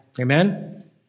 Amen